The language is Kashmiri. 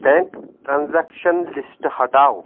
بینک ٹرانزیکشن لسٹ ہٹاو